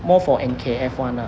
more for N_K_F [one] ah